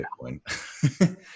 Bitcoin